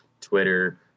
twitter